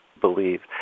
believe